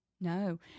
No